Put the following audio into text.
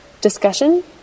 discussion